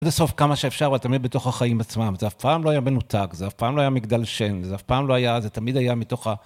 (?)סוף כמה שאפשר, אבל תמיד בתוך החיים עצמם, זה אף פעם לא היה מנותק, זה אף פעם לא היה מגדל שן, זה אף פעם לא היה, זה תמיד היה מתוך ה...